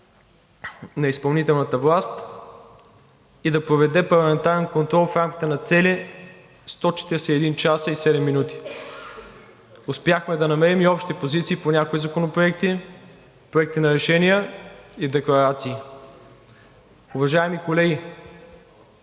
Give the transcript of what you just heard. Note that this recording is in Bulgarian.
на изпълнителната власт и да проведе парламентарен контрол в рамките на цели 141 часа и 7 минути. Успяхме да намерим и общи позиции по някои законопроекти, проекти на решения и декларации. Уважаеми колеги,